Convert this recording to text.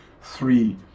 three